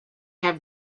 have